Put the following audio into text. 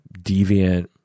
deviant